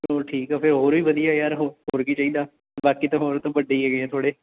ਹੋਰ ਠੀਕ ਆ ਫਿਰ ਹੋਰ ਹੀ ਵਧੀਆ ਯਾਰ ਹੋਰ ਕੀ ਚਾਹੀਦਾ ਬਾਕੀ ਤਾਂ ਹੋਰ ਉਸ ਤੋਂ ਵੱਡੇ ਹੀ ਹੈਗੇ ਆ ਥੋੜ੍ਹੇ